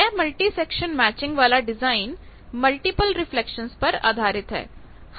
यह multi section matching वाला design multiple reflections पर आधारित है